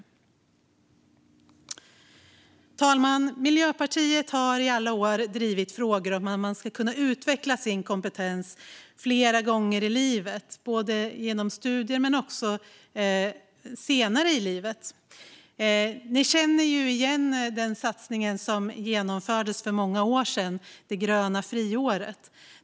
Herr talman! Miljöpartiet har i alla år drivit frågor om att man ska kunna utveckla sin kompetens flera gånger i livet genom studier, också senare i livet. Den satsning som genomfördes för många år sedan - det gröna friåret - är kanske bekant.